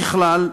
ככלל,